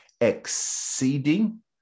exceeding